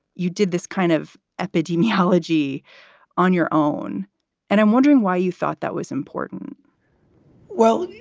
you did this kind of epidemiology on your own and i'm wondering why you thought that was important well,